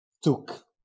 took